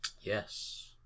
yes